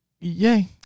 yay